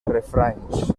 refranys